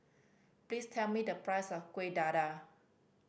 please tell me the price of Kueh Dadar